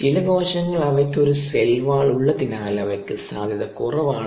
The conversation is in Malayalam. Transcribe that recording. ചില കോശങ്ങൾ അവയ്ക്ക് ഒരു സെൽ വാൾ ഉള്ളതിനാൽ അവയ്ക്ക് സാധ്യത കുറവാണ്